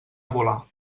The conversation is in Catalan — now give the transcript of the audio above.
volar